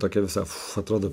tokia visa atrodo